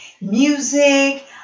music